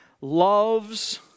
loves